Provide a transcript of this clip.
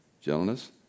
gentleness